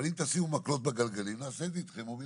אבל אם תשימו מקלות בגלגלים נעשה את זה איתכם או בלעדיכם.